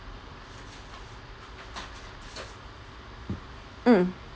mm